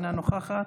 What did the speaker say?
אינה נוכחת,